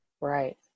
Right